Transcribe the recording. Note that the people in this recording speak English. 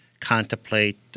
contemplate